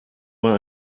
war